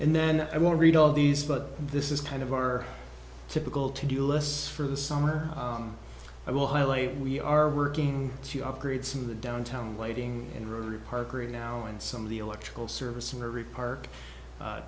and then i want to read all these but this is kind of our typical to do lists for the summer i will highlight we are working to upgrade some of the downtown lighting and rotary parker now and some of the electrical service in every park